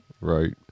Right